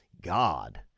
God